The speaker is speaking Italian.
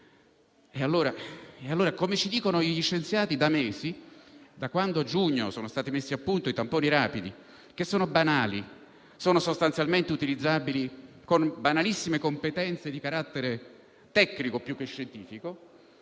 Allora - come ci dicono gli scienziati da mesi, da quando a giugno sono stati messi a punto i tamponi rapidi, che sono banali e sostanzialmente utilizzabili con banalissime competenze di carattere tecnico, più che scientifico